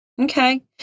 okay